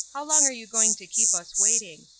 how long are you going to keep us waiting?